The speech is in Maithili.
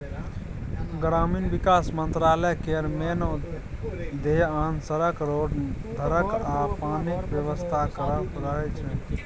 ग्रामीण बिकास मंत्रालय केर मेन धेआन सड़क, रोड, घरक आ पानिक बेबस्था करब रहय छै